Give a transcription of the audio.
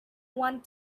want